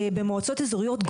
במועצות אזוריות,